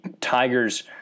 Tigers